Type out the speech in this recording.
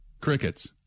Crickets